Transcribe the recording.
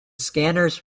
scanners